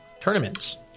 tournaments